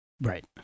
Right